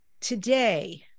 Today